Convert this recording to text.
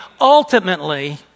ultimately